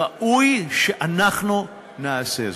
ראוי שאנחנו נעשה זאת.